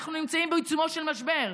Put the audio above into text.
שאנחנו נמצאים בעיצומו של משבר,